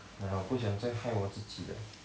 !aiya! 我不想再害我自己了